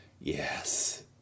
Yes